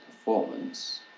performance